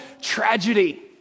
tragedy